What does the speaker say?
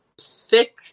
thick